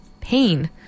pain